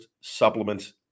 supplements